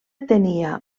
tenia